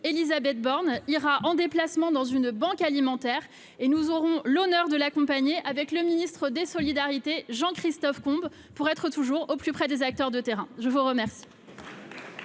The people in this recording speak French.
Élisabeth Borne ira en déplacement dans une banque alimentaire et nous aurons l'honneur de l'accompagner avec le ministre des solidarités Jean-Christophe Combe pour être toujours au plus près des acteurs de terrain, je vous remercie.